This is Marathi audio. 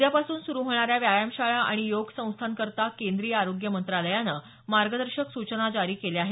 उद्यापासून सुरू होणाऱ्या व्यायाम शाळा आणि योग संस्थाकरता केंद्रीय आरोग्य मंत्रालयानं मार्गदर्शक सूचना जारी केल्या आहेत